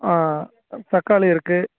ஆ தக்காளி இருக்குது